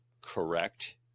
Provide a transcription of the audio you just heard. correct